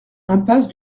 impasse